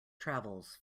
travels